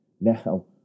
Now